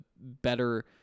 better